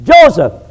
Joseph